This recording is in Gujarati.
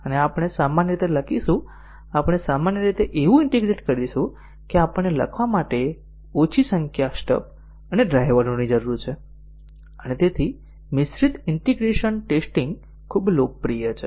અને આપણે સામાન્ય રીતે લખીશું આપણે સામાન્ય રીતે એવું ઈન્ટીગ્રેટ કરીશું કે આપણને લખવા માટે ઓછી સંખ્યામાં સ્ટબ અને ડ્રાઈવરોની જરૂર છે અને મિશ્રિત ઈન્ટીગ્રેશન ટેસ્ટીંગ ખૂબ લોકપ્રિય છે